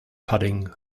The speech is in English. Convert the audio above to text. pudding